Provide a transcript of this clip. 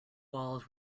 walls